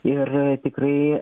ir tikrai